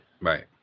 Right